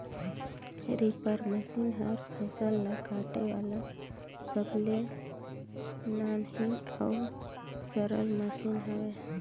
reaper machine हर फसल ल काटे वाला सबले नान्ही अउ सरल मसीन हवे